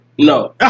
no